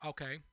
Okay